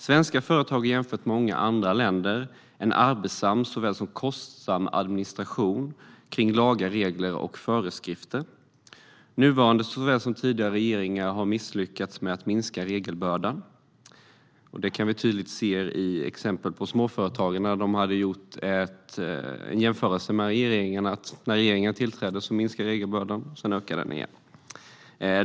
Svenska företag har jämfört med många andra länder en arbetsam och kostsam administration kring lagar, regler och föreskrifter. Såväl den nuvarande som tidigare regeringar har misslyckats med att minska regelbördan. Det finns ett tydligt exempel som gäller småföretagen. Man har gjort en jämförelse mellan regeringarna. När den nuvarande regeringen tillträdde minskade regelbördan. Sedan ökade den igen.